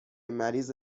مریض